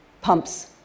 Pumps